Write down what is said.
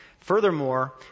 Furthermore